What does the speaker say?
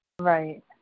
Right